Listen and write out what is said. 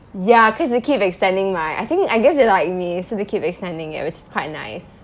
ya cause they keep extending my I think I guess they like me so they keep extending it which is quite nice